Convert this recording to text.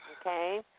okay